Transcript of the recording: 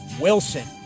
Wilson